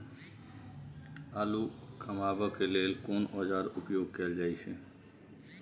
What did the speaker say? आलू कमाबै के लेल कोन औाजार उपयोग कैल जाय छै?